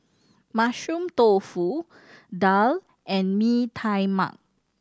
Mushroom Tofu daal and Mee Tai Mak